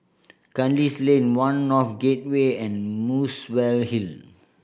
Kandis Lane One North Gateway and Muswell Hill